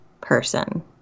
person